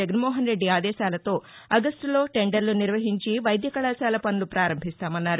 జగన్మోహన్ రెడ్డి ఆదేశాలతో ఆగస్టులో టెందర్లు నిర్వహించి వైద్యకళాశాల పనులు పారంభిస్తామన్నారు